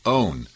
own